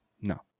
No